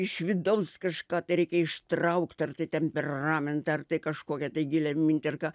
iš vidaus kažką tai reikia ištraukt ar tai temperamentą ar tai kažkokią tai gilią mintį ar ką